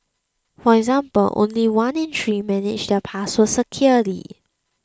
for example only one in three manage their passwords securely